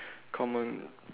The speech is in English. common